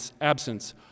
absence